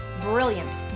brilliant